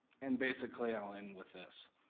and, basically, i'll end with this.